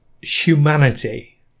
humanity